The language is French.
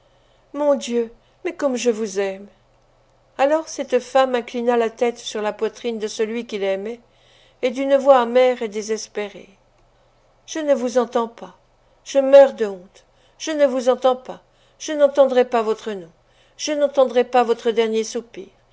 mon dieu mais comme je vous aime alors cette femme inclina la tête sur la poitrine de celui qui l'aimait et d'une voix amère et désespérée je ne vous entends pas je meurs de honte je ne vous entends pas je n'entendrais pas votre nom je n'entendrais pas votre dernier soupir